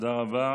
תודה רבה.